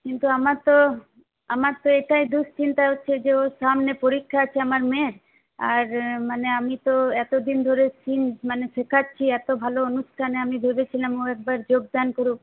কিন্তু আমার তো আমার তো এটাই দুশ্চিন্তা হচ্ছে যে ওর সামনে পরীক্ষা আছে আমার মেয়ের আর মানে আমি তো এতদিন ধরে মানে শেখাচ্ছি এত ভালো অনুষ্ঠানে আমি ভেবেছিলাম ও একবার যোগদান করুক